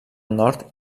nord